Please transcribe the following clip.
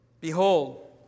Behold